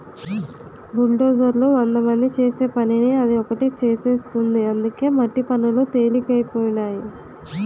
బుల్డోజర్లు వందమంది చేసే పనిని అది ఒకటే చేసేస్తుంది అందుకే మట్టి పనులు తెలికైపోనాయి